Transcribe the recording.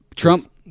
Trump